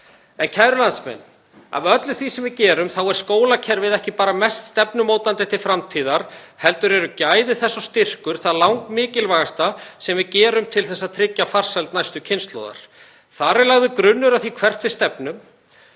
Kæru landsmenn. Af öllu því sem við gerum er skólakerfið ekki bara mest stefnumótandi til framtíðar heldur eru gæði þess og styrkur það langmikilvægasta sem við gerum til að tryggja farsæld næstu kynslóðar. Þar er lagður grunnur að því hvert við stefnum